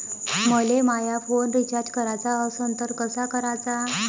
मले माया phone recharge कराचा असन तर कसा कराचा?